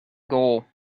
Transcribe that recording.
goal